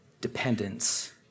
dependence